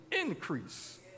increase